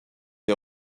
est